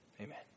amen